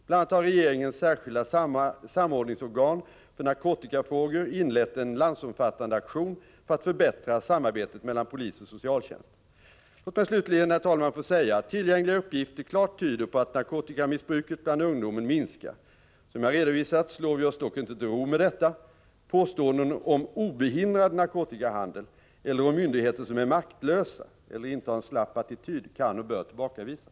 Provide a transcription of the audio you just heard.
Bl.a. har regeringens särskilda samordningsorgan för narkotikafrågor inlett en landsomfattande aktion för att förbättra samarbetet mellan polis och socialtjänst. Låt mig slutligen, herr talman, få säga att tillgängliga uppgifter klart tyder på att narkotikamissbruket bland ungdomar minskar. Som jag redovisat slår vi oss dock inte till ro med detta. Påståenden om obehindrad narkotikahandel eller om myndigheter som är maktlösa eller intar en slapp attityd kan och bör tillbakavisas.